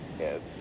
Yes